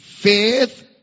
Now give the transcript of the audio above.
faith